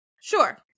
Sure